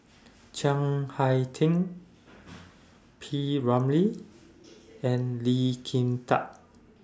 Chiang Hai Ding P Ramlee and Lee Kin Tat